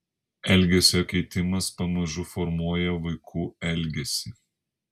elgesio keitimas pamažu formuoja vaikų elgesį